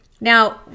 Now